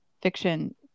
fiction